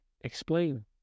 Explain